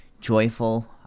joyful